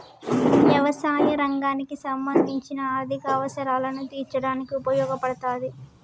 యవసాయ రంగానికి సంబంధించిన ఆర్ధిక అవసరాలను తీర్చడానికి ఉపయోగపడతాది